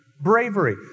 bravery